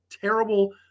terrible